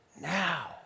now